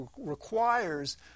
requires